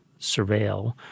surveil